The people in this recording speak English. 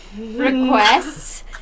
requests